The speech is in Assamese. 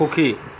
সুখী